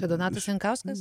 donatas jankauskas